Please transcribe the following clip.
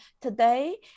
Today